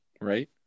right